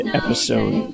episode